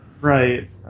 right